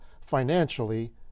financially